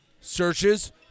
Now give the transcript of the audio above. Searches